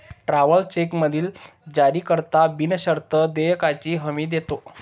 travellers चेकमधील जारीकर्ता बिनशर्त देयकाची हमी देतो